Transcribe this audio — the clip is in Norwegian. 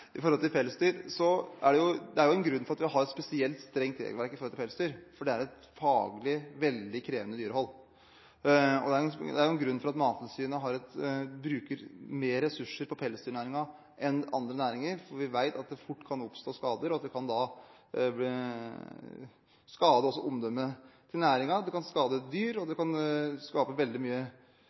at vi har et spesielt strengt regelverk når det gjelder pelsdyr, for det er et faglig veldig krevende dyrehold. Det er også en grunn til at Mattilsynet bruker mer ressurser på pelsdyrnæringen enn på andre næringer, for vi vet at det fort kan oppstå skader, og at det også kan skade omdømmet til næringen. Det kan skade et dyr, og det kan skape veldig mye